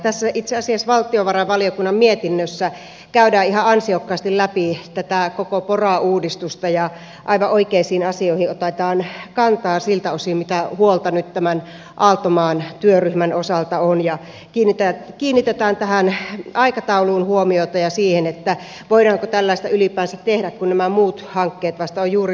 tässä itse asiassa valtiovarainvaliokunnan mietinnössä käydään ihan ansiokkaasti läpi tätä koko porauudistusta ja aivan oikeisiin asioihin otetaan kantaa siltä osin kuin mitä huolta nyt tämän aaltomaan työryhmän osalta on ja kiinnitetään tähän aikatauluun huomiota ja siihen voidaanko tällaista ylipäänsä tehdä kun nämä muut hakkeet tästä on juuri laitettu käyntiin